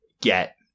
get